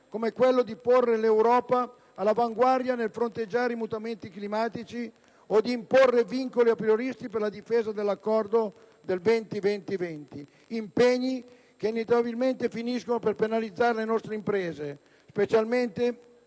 come quello di porre l'Europa all'avanguardia nel fronteggiare mutamenti climatici o di imporre vincoli aprioristici per la difesa dell'Accordo 20‑20‑20. Sono impegni che inevitabilmente finirebbero per penalizzare le nostre imprese, specialmente